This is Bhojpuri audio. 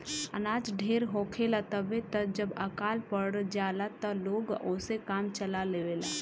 अनाज ढेर होखेला तबे त जब अकाल पड़ जाला त लोग ओसे काम चला लेवेला